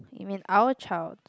you mean our child